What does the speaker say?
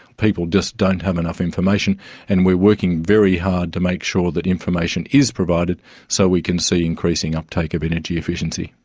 people just don't have enough information and we're working very hard to make sure that information is provided so we can see increasing uptake of energy efficiency.